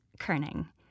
kerning